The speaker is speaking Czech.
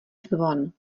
zvon